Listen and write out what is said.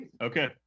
okay